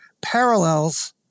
Parallels